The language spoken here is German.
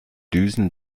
düsen